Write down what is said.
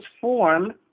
form